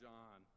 John